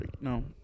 no